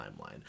timeline